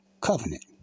Covenant